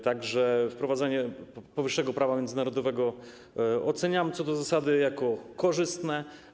Tak że wprowadzenie powyższego prawa międzynarodowego oceniam co do zasady jako korzystne.